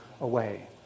away